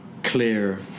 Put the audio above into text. clear